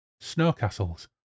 Snowcastles